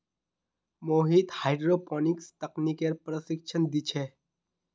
Mohit hydroponics तकनीकेर प्रशिक्षण दी छे